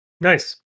Nice